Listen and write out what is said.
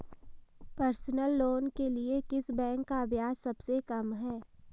Personal loan के लिए किस बैंक का ब्याज सबसे कम है?